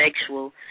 sexual